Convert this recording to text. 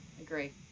Agree